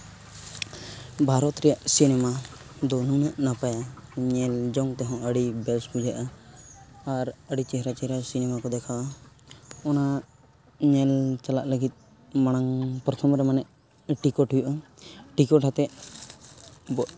ᱵᱷᱟᱨᱚᱛ ᱨᱮᱭᱟᱜ ᱥᱤᱱᱮᱢᱟ ᱫᱚ ᱱᱩᱱᱟᱹᱜ ᱱᱟᱯᱟᱭᱟ ᱧᱮᱞ ᱡᱚᱝ ᱛᱮᱦᱚᱸ ᱟᱹᱰᱤ ᱵᱮᱹᱥ ᱵᱩᱡᱷᱟᱹᱜᱼᱟ ᱟᱨ ᱟᱹᱰᱤ ᱪᱮᱦᱨᱟ ᱪᱮᱦᱨᱟ ᱥᱤᱱᱮᱢᱟ ᱠᱚ ᱫᱮᱠᱷᱟᱣᱟ ᱚᱱᱟ ᱧᱮᱞ ᱪᱟᱞᱟᱜ ᱞᱟᱹᱜᱤᱫ ᱢᱟᱲᱟᱝ ᱯᱨᱚᱛᱷᱚᱢ ᱨᱮ ᱢᱟᱱᱮ ᱴᱤᱠᱤᱴ ᱦᱩᱭᱩᱜᱼᱟ ᱴᱤᱠᱤᱴ ᱟᱛᱮ